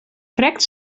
krekt